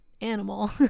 animal